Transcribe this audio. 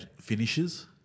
finishes